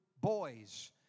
boys